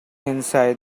inside